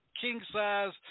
king-size